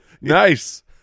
Nice